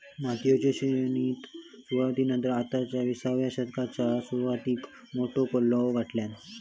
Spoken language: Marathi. मोतीयेची शेतीन सुरवाती नंतर आता विसाव्या शतकाच्या सुरवातीक मोठो पल्लो गाठल्यान